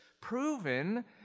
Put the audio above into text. proven